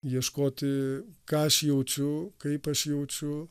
ieškoti ką aš jaučiu kaip aš jaučiu